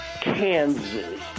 Kansas